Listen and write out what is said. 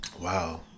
Wow